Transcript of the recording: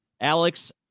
Alex